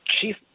chief